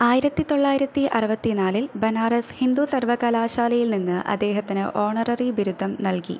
ആയിരത്തി തൊള്ളായിരത്തി അറുപത്തിനാലിൽ ബനാറസ് ഹിന്ദു സർവകലാശാലയിൽനിന്ന് അദ്ദേഹത്തിന് ഓണററി ബിരുദം നൽകി